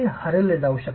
हरवले जाऊ शकते